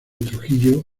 trujillo